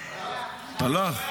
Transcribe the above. הלך?